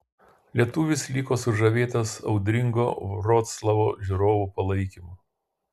lietuvis liko sužavėtas audringo vroclavo žiūrovų palaikymo